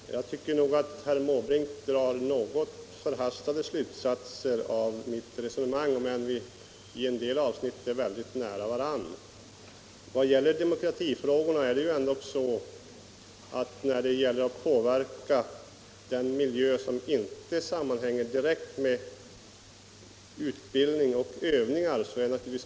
Herr talman! Jag tycker nog att herr Måbrink drar något förhastade slutsatser av mitt resonemang, även om vi i en del avsnitt står mycket nära varandra. Vad gäller demokratifrågorna är det ju ändock så att de värnpliktiga har avgjort större möjligheter att påverka den miljö som inte sammanhänger direkt med utbildning och övningar.